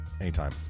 anytime